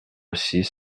six